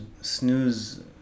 Snooze